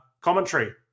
commentary